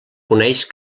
coneix